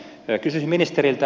kysyisin ministeriltä